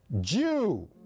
Jew